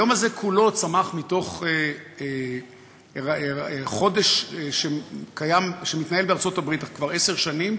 היום הזה כולו צמח מתוך חודש שמתנהל בארצות-הברית כבר עשר שנים,